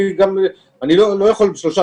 אני לא יכול בשלושה,